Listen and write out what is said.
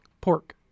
Pork